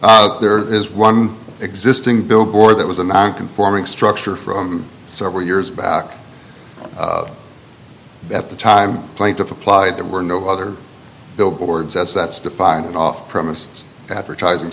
billboards there is one existing billboard that was a non conforming structure from several years back at the time plaintiff applied there were no other billboards as that's defined off premises advertising